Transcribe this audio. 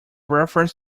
reference